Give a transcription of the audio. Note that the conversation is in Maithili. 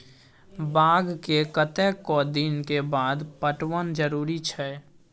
बाग के कतेक दिन के बाद पटवन जरूरी छै?